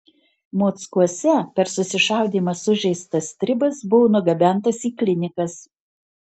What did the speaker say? mockuose per susišaudymą sužeistas stribas buvo nugabentas į klinikas